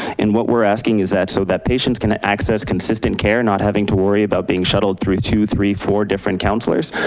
and what we're asking is so that patients can access consistent care, not having to worry about being shuttled through two, three, four, different counselors,